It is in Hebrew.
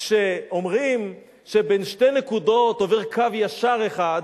כשאומרים ש"בין שתי נקודות עובר קו ישר אחד"